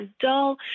dull